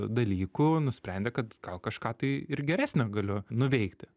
dalykų nusprendė kad gal kažką tai ir geresnio galiu nuveikti